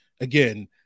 again